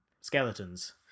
skeletons